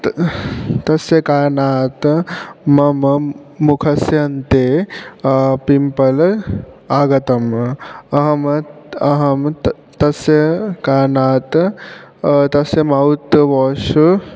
त तस्य कारणात् मम मुखस्य अन्ते पिम्पल् आगतम् अहं अहं त तस्य कारणात् तस्य मौत् वाश्